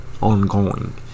ongoing